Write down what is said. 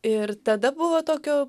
ir tada buvo tokio